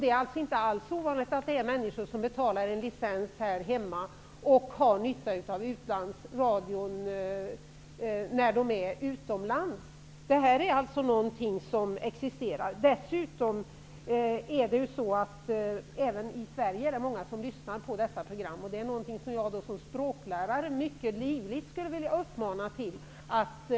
Det är inte alls ovanligt att människor som betalar licens här hemma har nytta av utlandsradion under de perioder de bor utomlands. Även i Sverige finns det många som lyssnar på dessa program. Det är något som jag som språklärare skulle vilja uppmana folk att göra.